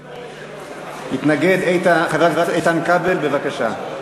יתנגד חבר הכנסת איתן כבל, בבקשה.